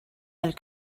had